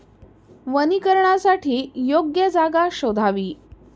वनीकरणासाठी योग्य जागा शोधावी